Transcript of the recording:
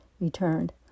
returned